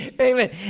Amen